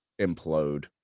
implode